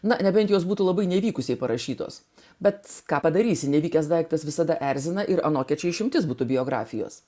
na nebent jos būtų labai nevykusiai parašytos bet ką padarysi nevykęs daiktas visada erzina ir anokia čia išimtis būtų biografijos